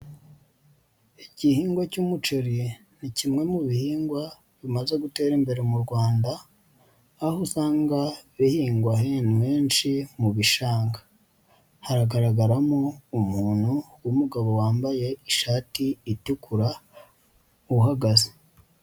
Igihingwa cy'umuceri ni kimwe mu bihingwa bimaze gutera imbere mu Rwanda, aho usanga bihingwa ahantu henshi mu bishanga. Haragaragaramo umuntu w'umugabo wambaye ishati itukura uhagaze.